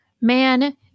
man